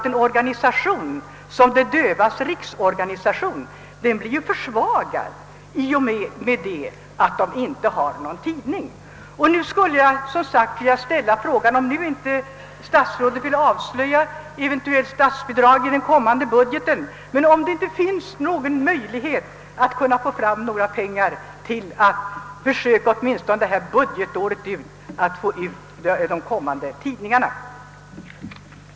En organisation som denna blir dessutom försvagad då den inte har någon tidning. Om statsrådet inte vill avslöja eventuella statsbidrag i den kommande budgeten kanske han ändå vill svara på frågan, om det inte finns möjlighet att få fram pengar för att möjliggöra för Sveriges dövas riksförbund att ge ut tidningen åtminstone budgetåret ut.